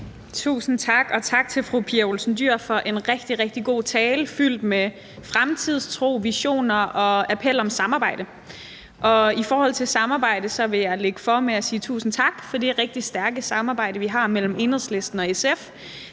Tusind tak, og tak til fru Pia Olsen Dyhr for en rigtig, rigtig god tale fyldt med fremtidstro, visioner og en appel om samarbejde, og i forhold til et samarbejde vil jeg lægge for med at sige tusind tak for det rigtig stærke samarbejde, vi har mellem Enhedslisten og SF.